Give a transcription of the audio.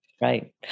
Right